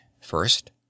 First